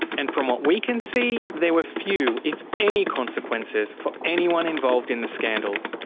and from what we can see there were few, if any, consequences for anyone involved in the scandal.